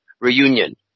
reunion